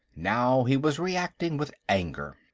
now he was reacting with anger.